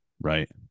right